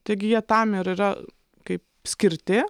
taigi jie tam ir yra kaip skirti